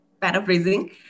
paraphrasing